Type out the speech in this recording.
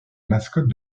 mascotte